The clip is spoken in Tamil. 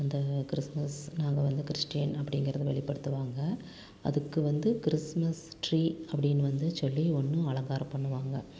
அந்த கிறிஸ்மஸ் நாங்கள் வந்து கிறிஸ்ட்டின் அப்படிங்கிறது வெளிப்படுத்துவாங்க அதுக்கு வந்து கிறிஸ்மஸ் ட்ரீ அப்படின்னு வந்து சொல்லி ஒன்று அலங்காரம் பண்ணுவாங்கள்